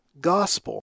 gospel